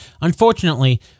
Unfortunately